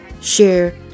share